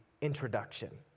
introduction